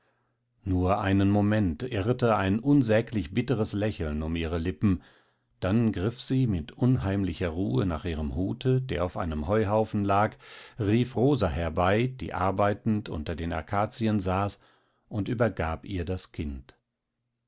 nur einen moment irrte ein unsäglich bitteres lächeln um ihre lippen dann griff sie mit unheimlicher ruhe nach ihrem hute der auf einem heuhaufen lag rief rosa herbei die arbeitend unter den akazien saß und übergab ihr das kind